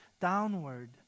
downward